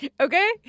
Okay